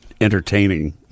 entertaining